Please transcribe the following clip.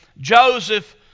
Joseph